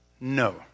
No